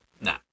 Nah